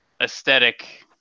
aesthetic